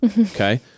okay